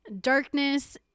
darkness